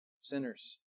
sinners